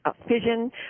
fission